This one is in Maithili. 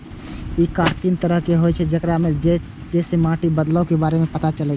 ई कार्ड हर तीन वर्ष मे देल जाइ छै, जइसे माटि मे बदलावक बारे मे पता चलि जाइ छै